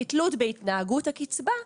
כתלות בהתנהגות הקצבה,